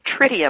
tritium